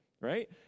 right